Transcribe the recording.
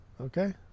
Okay